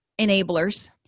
enablers